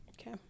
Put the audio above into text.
okay